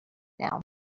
now